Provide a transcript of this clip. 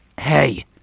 Hey